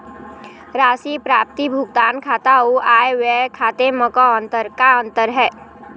राशि प्राप्ति भुगतान खाता अऊ आय व्यय खाते म का अंतर हे?